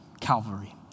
Calvary